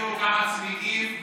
שם יבעירו כמה צמיגים,